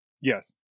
Yes